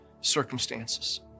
circumstances